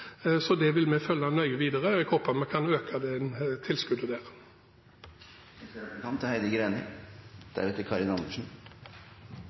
Så dette vil vi følge nøye videre, og jeg håper vi kan øke det tilskuddet. Kristelig Folkeparti er